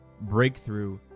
breakthrough